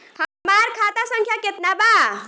हमार खाता संख्या केतना बा?